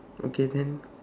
okay then